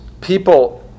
people